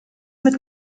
mit